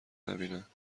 نبینند